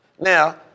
Now